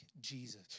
Jesus